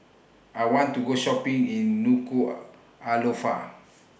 I want to Go Shopping in Nuku'Alofa